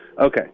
Okay